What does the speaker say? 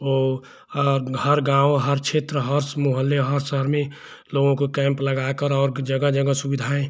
वह हर गाँव हर क्षेत्र हर मोहल्ले हर शहर में लोगों को कैम्प लगाकर और जगह जगह सुविधाएँ